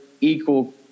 equal